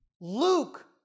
Luke